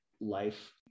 life